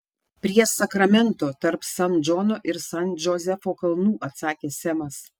prie sakramento tarp san džono ir san džozefo kalnų atsakė semas